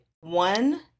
One